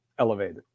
Elevated